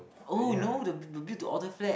oh you know the built to order flat